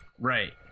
right